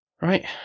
Right